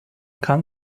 kann